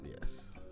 Yes